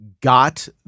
got